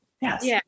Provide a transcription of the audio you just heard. Yes